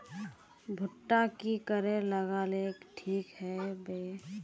भुट्टा की करे लगा ले ठिक है बय?